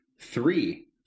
three